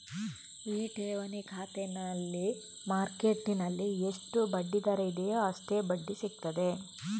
ಈ ಠೇವಣಿ ಖಾತೆನಲ್ಲಿ ಮಾರ್ಕೆಟ್ಟಿನಲ್ಲಿ ಎಷ್ಟು ಬಡ್ಡಿ ದರ ಇದೆಯೋ ಅಷ್ಟೇ ಬಡ್ಡಿ ಸಿಗ್ತದೆ